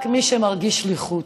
רק מי שמרגיש שליחות,